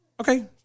Okay